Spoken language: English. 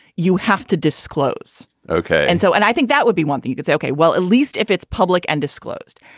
you have to disclose. ok. and so and i think that would be one thing you could say ok well at least if it's public and disclosed.